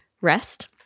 rest